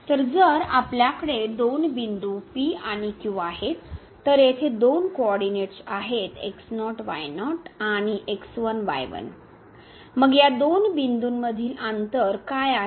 तर जर आपल्याकडे दोन बिंदू p आणि q आहेत तर येथे दोन कोऑरडीनेट्स आहेत x0 y0 आणि x1 y1 मग या दोन बिंदूंमधील अंतर काय आहे